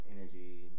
energy